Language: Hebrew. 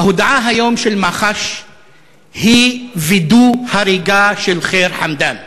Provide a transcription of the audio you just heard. ההודעה של מח"ש היום היא וידוא הריגה של ח'יר חמדאן,